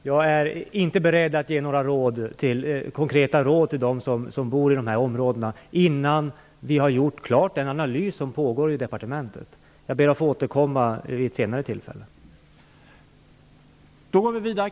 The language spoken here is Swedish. Herr talman! Jag är inte beredd att ge några konkreta råd till dem som bor i dessa områden innan den analys som pågår i departementet är klar. Jag ber att få återkomma vid ett senare tillfälle.